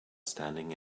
standing